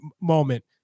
moment